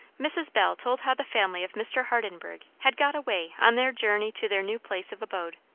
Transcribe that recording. mrs. bell told how the family of mr. hardenburgh had got away on their journey to their new place of abode.